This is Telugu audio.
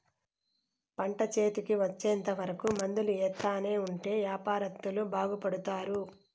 పంట చేతికి వచ్చేంత వరకు మందులు ఎత్తానే ఉంటే యాపారత్తులు బాగుపడుతారు